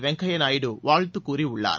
வெங்கய்யா நாயுடு வாழ்த்துக் கூறியுள்ளார்